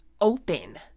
open